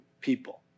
people